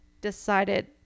decided